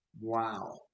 Wow